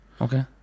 Okay